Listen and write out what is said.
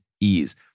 ease